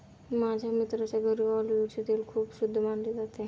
माझ्या मित्राच्या घरी ऑलिव्हचे तेल खूप शुद्ध मानले जाते